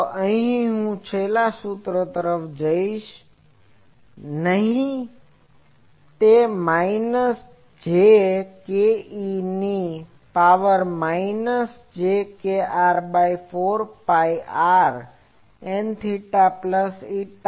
તો અહી હું છેલ્લા સૂત્ર તરફ જઈશ નહિ તે માઈનસ jk e ની power minus j kr by 4 phi r Nθ plus η Lφ